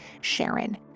SHARON